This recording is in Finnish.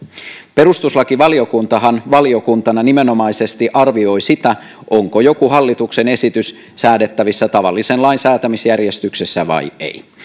perustuslakivaliokuntahan valiokuntana nimenomaisesti arvioi sitä onko jokin hallituksen esitys säädettävissä tavallisen lain säätämisjärjestyksessä vai ei